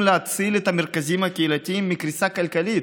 להציל את המרכזים הקהילתיים מקריסה כלכלית.